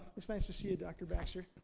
it's nice to see you, dr. baxter